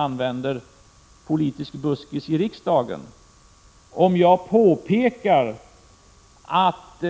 Jag förbehåller mig faktiskt rätten att i riksdagen påpeka att